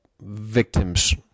victims